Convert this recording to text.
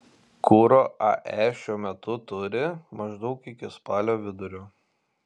kuro ae šiuo metu turi maždaug iki spalio vidurio